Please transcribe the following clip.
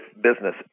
business